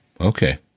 Okay